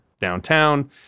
downtown